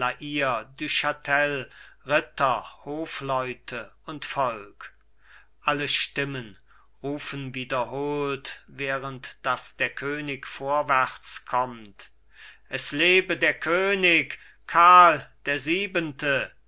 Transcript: und volk alle stimmen rufen wiederholt während daß der könig vorwärtskommt es lebe der könig karl der siebente